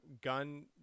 gun